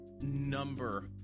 number